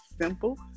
simple